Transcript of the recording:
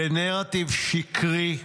בנרטיב שקרי,